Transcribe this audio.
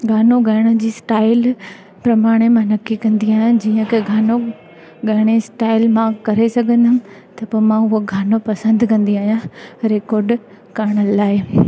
गानो ॻाइण जी स्टाइल प्रमाणे मां नकी कंदी आहियां जीअं की गानो घणे स्टाइल मां करे सघंदमि त पोइ मां उहो गानो पसंदि कंदी आहियां रिकॉड करण लाइ